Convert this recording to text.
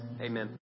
amen